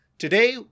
Today